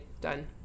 done